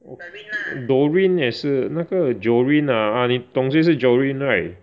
Doreen 也是那个 Joreen ah ah 你懂谁是 Joreen right